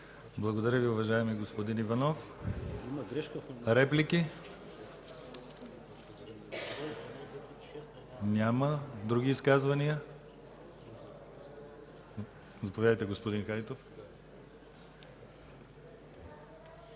Благодаря Ви, уважаеми господин Янков. Реплики? Няма. Други изказвания? Заповядайте, господин Иванов.